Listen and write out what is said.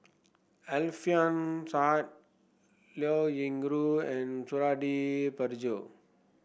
Alfian Sa'at Liao Yingru and Suradi Parjo